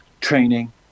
Training